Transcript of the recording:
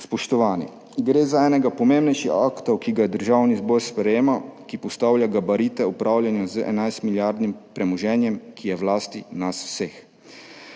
Spoštovani! Gre za enega pomembnejših aktov, ki ga sprejema Državni zbor, ki postavlja gabarite upravljanja z 11-milijardnim premoženjem, ki je v lasti nas vseh.